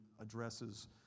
addresses